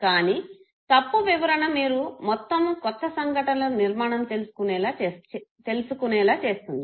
కానీ తప్పు వివరణ మీరు మొత్తము కొత్త సంఘటనలు నిర్మాణం తెలుసుకునేల చేస్తుంది